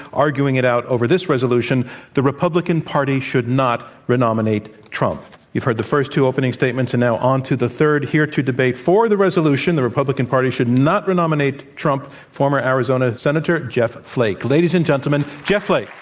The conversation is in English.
arguing it out over this resolution the republican party should not re-nominate trump. you heard the first two opening statements and now onto the third. here to debate for the resolution, the republican party should not re-nominate trump, former arizona senator jeff flake. ladies and gentlemen, jeff flake.